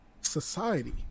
society